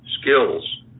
skills